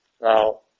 Now